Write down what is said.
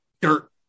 dirt